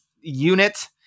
unit